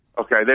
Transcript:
Okay